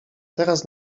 teraz